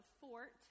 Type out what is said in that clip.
fort